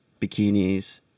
bikinis